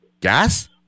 Gas